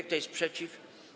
Kto jest przeciw?